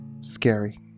scary